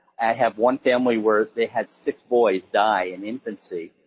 have one family where they had six boys die in infancy,